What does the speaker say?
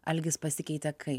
algis pasikeitė kaip